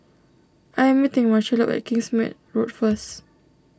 I am meeting Marchello at Kingsmead Road first